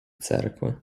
церкви